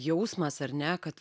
jausmas ar ne kad